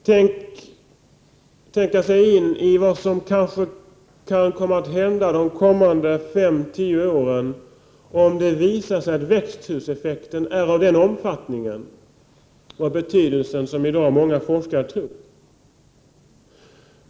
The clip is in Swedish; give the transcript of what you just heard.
Jag skulle vilja att han tänkte sig in i vad som kanske kan komma att hända de kommande fem tio åren, om det visar sig att växthuseffekten är av den omfattning och betydelse som i dag många forskare tror.